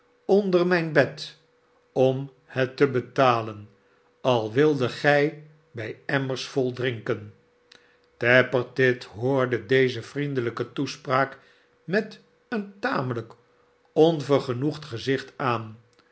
onder mijn bed om het te betalen alwildet gij bij emraers vol drinken tappertit hoorde deze vriendelijke toespraak met een tameliik onvergenoegd gezicht aan